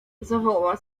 zawołała